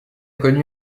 connu